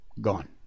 Gone